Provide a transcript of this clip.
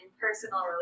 personal